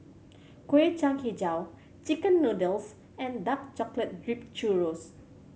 Kueh Kacang Hijau chicken noodles and dark chocolate dripped churro